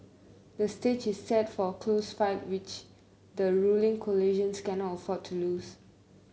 the stage is set for a close fight which the ruling coalition cannot afford to lose